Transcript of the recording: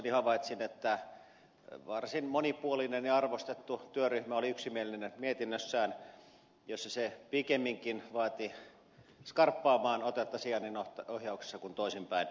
ilokseni havaitsin että varsin monipuolinen ja arvostettu työryhmä oli yksimielinen mietinnössään jossa se pikemminkin vaati skarppaamaan otetta sijainninohjauksessa kuin toisinpäin